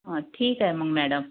हां ठीक आहे मग मॅडम